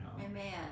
Amen